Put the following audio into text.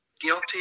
guilty